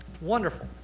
Wonderful